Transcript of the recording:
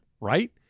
right